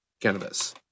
cannabis